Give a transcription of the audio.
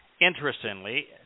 Interestingly